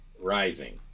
rising